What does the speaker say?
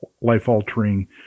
life-altering